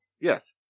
Yes